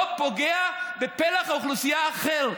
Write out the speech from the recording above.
זה לא פוגע בפלח אוכלוסייה אחר.